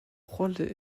rolle